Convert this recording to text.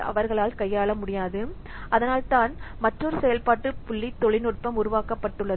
அவர்களால் கையாள முடியாது அதனால்தான் மற்றொரு செயல்பாட்டு புள்ளி தொழில்நுட்பம் உருவாக்கப்பட்டுள்ளது